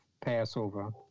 Passover